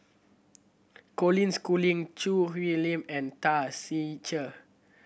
Colin Schooling Choo Hwee Lim and Tan Ser Cher